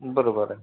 बरोबर आहे